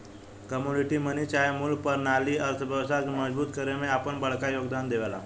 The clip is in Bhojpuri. कमोडिटी मनी चाहे मूल परनाली अर्थव्यवस्था के मजबूत करे में आपन बड़का योगदान देवेला